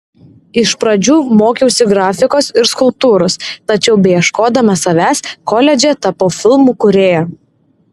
iš pradžių mokiausi grafikos ir skulptūros tačiau beieškodama savęs koledže tapau filmų kūrėja